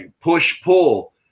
push-pull